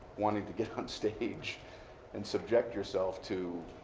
wanting to get on stage and subject yourself to